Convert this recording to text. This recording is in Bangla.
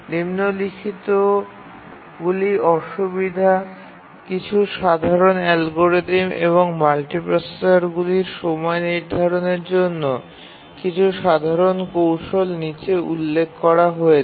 নিম্নলিখিতগুলি অসুবিধা কিছু সাধারণ অ্যালগরিদম এবং মাল্টিপ্রসেসরগুলির সময় নির্ধারণের জন্য কিছু সাধারণ কৌশল নীচে উল্লেখ করা রয়েছে